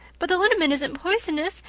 but the liniment isn't poisonous.